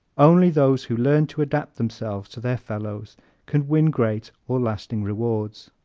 only those who learn to adapt themselves to their fellows can win great or lasting rewards.